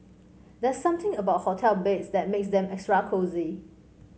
there's something about hotel beds that makes them extra cosy